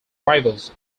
rivals